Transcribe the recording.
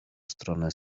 stronę